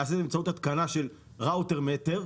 נעשית באמצעות התקנה של ראוטר מיטר,